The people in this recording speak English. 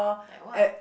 like what